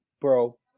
bro